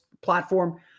platform